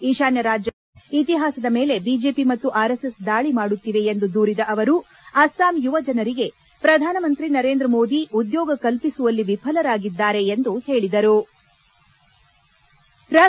ಈಶಾನ್ನ ರಾಜ್ಜಗಳ ಸಂಸ್ಕೃತಿ ಇತಿಹಾಸದ ಮೇಲೆ ಬಿಜೆಪಿ ಮತ್ತು ಆರ್ಎಸ್ಎಸ್ ದಾಳಿ ಮಾಡುತ್ತಿದೆ ಎಂದು ದೂರಿದ ಅವರು ಅಸ್ಸಾಂ ಯುವ ಜನರಿಗೆ ಪ್ರಧಾನಿ ನರೇಂದ್ರಮೋದಿ ಉದ್ಯೋಗ ಕಲ್ಪಿಸುವಲ್ಲಿ ವಿಫಲರಾಗಿದ್ದಾರೆ ಎಂದು ಹೇಳದ್ದಾರೆ